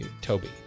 Toby